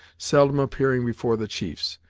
seldom appearing before the chiefs,